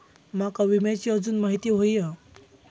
माका विम्याची आजून माहिती व्हयी हा?